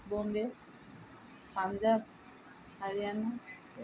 Bombay Punjab Haryana